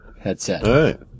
headset